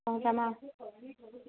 ହଁ